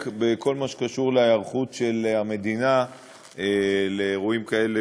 בכל מה שקשור להיערכות של המדינה לאירועים כאלה,